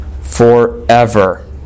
Forever